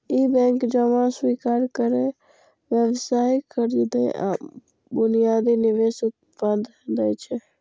ई bank जमा स्वीकार करै, व्यावसायिक कर्ज दै आ बुनियादी निवेश उत्पाद दै छै